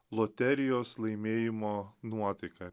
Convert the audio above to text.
loterijos laimėjimo nuotaiką